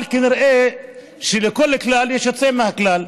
אבל כנראה שלכל כלל יש יוצא מן הכלל.